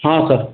ಹಾಂ ಸರ್